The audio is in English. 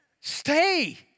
Stay